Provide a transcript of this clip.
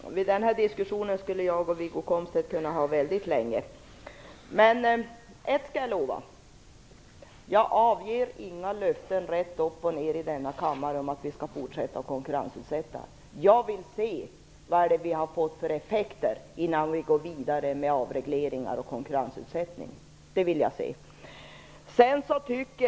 Fru talman! Den här diskussionen skulle jag och Wiggo Komstedt kunna föra väldigt länge. Men ett skall jag lova, jag avger inga löften rätt upp och ner i denna kammare om att vi skall fortsätta att konkurrensutsätta. Jag vill se vilka effekter vi har fått innan vi går vidare med avregleringar och konkurrensutsättning. Det vill jag se.